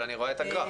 אבל אני רואה את הגרף.